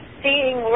seeing